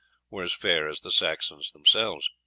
were as fair as the saxons themselves.